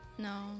No